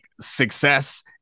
success